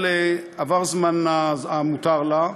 אבל עבר הזמן המותר לה,